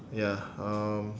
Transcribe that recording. ya um